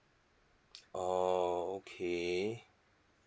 oh okay